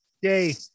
Yay